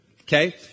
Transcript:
Okay